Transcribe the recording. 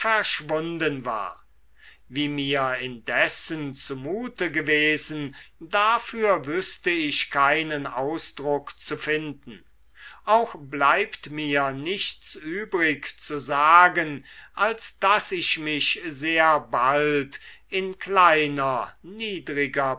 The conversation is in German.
verschwunden war wie mir indessen zumute gewesen dafür wüßte ich keinen ausdruck zu finden auch bleibt mir nichts übrig zu sagen als daß ich mich sehr bald in kleiner niedriger